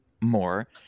more